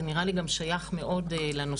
זה נראה לי גם שייך מאוד לנושא,